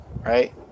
Right